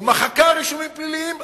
ומחקה רישומים פליליים בחבילה.